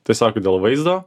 tiesiog dėl vaizdo